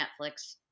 Netflix